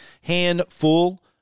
handful